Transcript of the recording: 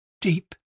deep